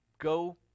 Go